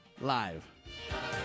Live